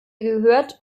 gehört